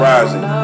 Rising